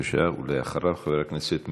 חבר הכנסת אשר,